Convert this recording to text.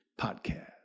Podcast